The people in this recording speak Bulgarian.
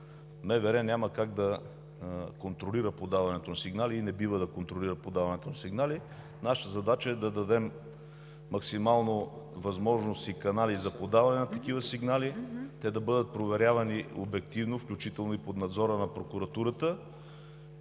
няма как да контролира подаването на сигнали и не бива да контролира подаването на сигнали, нашата задача е да дадем максимално възможност и канали за подаване на такива сигнали, те да бъдат проверявани обективно, включително и под надзора на прокуратурата